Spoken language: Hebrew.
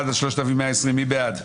רוויזיה על הסתייגויות 3080-3061, מי בעד?